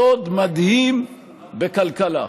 סוד מדהים בכלכלה,